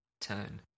turn